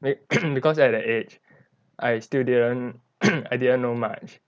ma~ because at that age I still didn't I didn't know much